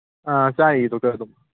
ꯑꯥ ꯆꯥꯏꯌꯦ ꯗꯣꯛꯇꯔ ꯑꯗꯨꯝ